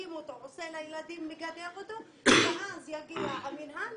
מגדר אותו ואז יגיע המינהל,